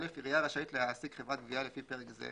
(א) עירייה רשאית להעסיק חברת גבייה לפי פרק זה,